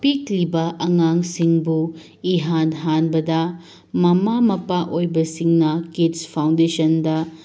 ꯄꯤꯛꯂꯤꯕ ꯑꯉꯥꯡꯁꯤꯡꯕꯨ ꯏꯍꯥꯟ ꯍꯥꯟꯕꯗ ꯃꯃꯥ ꯃꯄꯥ ꯑꯣꯏꯕꯁꯤꯡꯅ ꯀꯤꯗꯁ ꯐꯥꯎꯟꯗꯦꯁꯟꯗ